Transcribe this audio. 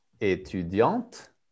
étudiante